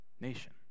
nation